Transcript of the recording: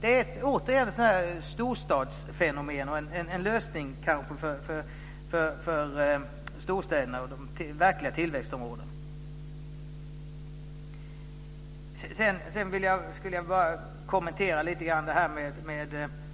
Det är återigen ett storstadsfenomen och kanske en lösning för storstäderna och de verkliga tillväxtområdena. Det